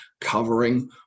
covering